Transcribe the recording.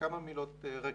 כמה מילות רקע,